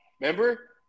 Remember